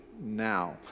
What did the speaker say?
now